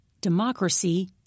democracy